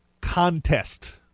contest